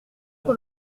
sur